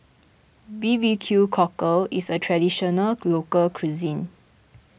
B B Q Cockle is a Traditional Local Cuisine